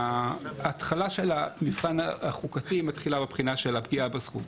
ההתחלה של המבחן החוקתי מתחילה בבחינה של הפגיעה בזכות,